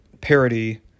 parody